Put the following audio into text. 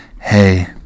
Hey